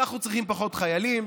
אנחנו צריכים פחות חיילים,